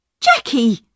Jackie